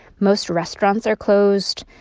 most restaurants are closed.